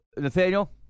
Nathaniel